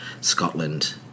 Scotland